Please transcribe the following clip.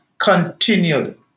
continued